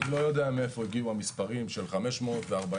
אני לא יודע מאיפה הגיעו המספרים של 500 ו-40,